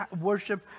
worship